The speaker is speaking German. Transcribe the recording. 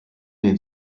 den